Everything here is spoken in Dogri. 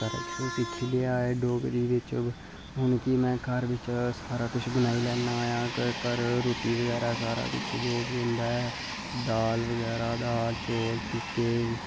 असें सारा किश सिक्खी लेआ ऐ डोगरी च हुन में घर सारा किश बनाई लैन्ना ए घर रुट्टी बगैरा सारा किश जो बी होंदा दाल बगैरा दाल चौल फुल्के